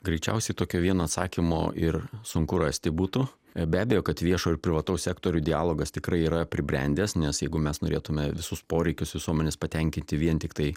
greičiausiai tokio vieno atsakymo ir sunku rasti būtų be abejo kad viešo ir privataus sektorių dialogas tikrai yra pribrendęs nes jeigu mes norėtume visus poreikius visuomenės patenkinti vien tiktai